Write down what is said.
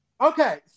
Okay